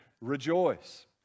rejoice